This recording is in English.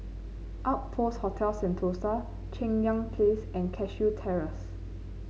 Outpost Hotel Sentosa Cheng Yan Place and Cashew Terrace